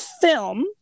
film